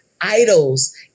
idols